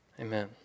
amen